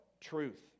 truth